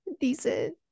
decent